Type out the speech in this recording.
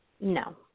No